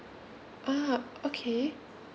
ah okay